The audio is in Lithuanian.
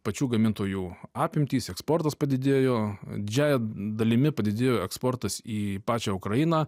pačių gamintojų apimtys eksportas padidėjo didžiąja dalimi padidėjo eksportas į pačią ukrainą